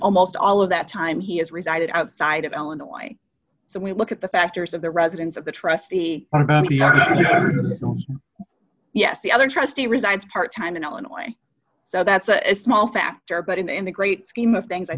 almost all of that time he has resided outside of illinois so we look at the factors of the residence of the trustee yes the other trustee resides part time in illinois so that's a small factor but in the great scheme of things